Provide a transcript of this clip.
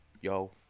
Yo